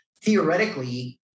Theoretically